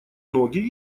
ноги